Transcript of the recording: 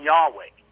Yahweh